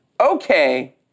okay